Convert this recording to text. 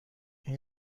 این